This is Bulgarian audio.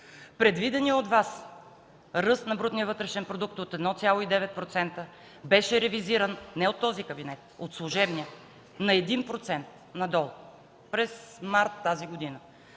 Предвиденият от Вас ръст на брутния вътрешен продукт от 1,9% беше ревизиран не от този кабинет, а от служебния – на 1% надолу, през месец март тази година.